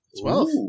Twelve